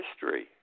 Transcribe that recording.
history